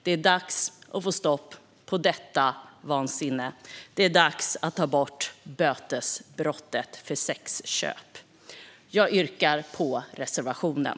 Det är dags att få stopp på detta vansinne. Det är dags att ta bort bötesstraffet för brottet sexköp. Jag yrkar bifall till reservationen.